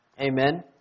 Amen